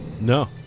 No